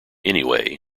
anyway